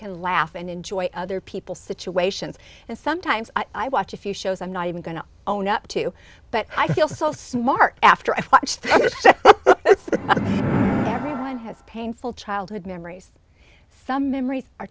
can laugh and enjoy other people situations and sometimes i watch a few shows i'm not even going to own up to but i feel so smart after i've watched them run has painful childhood memories some memories are